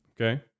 Okay